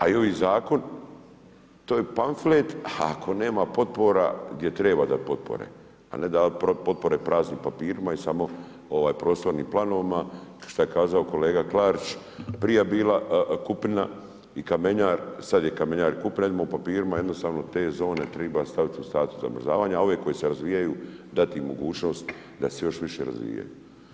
A i ovaj zakon, to je pamflet, a ako nema potpora, gdje treba davati potpore, a ne davati potpore praznim papirima i samo prostornim planovima, što je kazao kolega Klarić, prije je bila kupina i kamenjar, sad je kamenjar kupina, vidimo u papirima jednostavno te zone treba staviti u status zamrzavanja, a ove koje se razvijaju, dati mogućnost da se još više razvijaju.